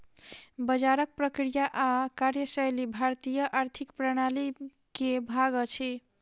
बजारक प्रक्रिया आ कार्यशैली भारतीय आर्थिक प्रणाली के भाग अछि